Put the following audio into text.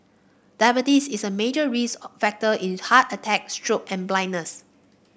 diabetes is a major risk factor in heart attacks stroke and blindness